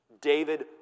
David